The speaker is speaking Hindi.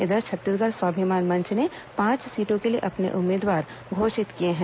इधर छत्तीसगढ़ स्वाभिमान मंच ने पांच सीटों के लिए अपने उम्मीदवार घोषित किए हैं